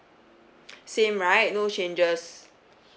same right no changes